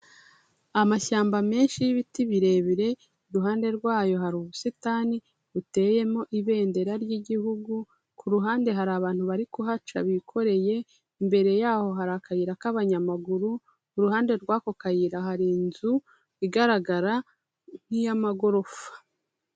Amashyamba menshi y'ibiti birebire, iruhande rwayo hari ubusitani buteyemo ibendera ry'igihugu, ku ruhande hari abantu bari kuhaca bikoreye, imbere yaho hari akayira k'abanyamaguru, iruhande rw'ako kayira hari inzu igaragara nk'iy'amagorofa.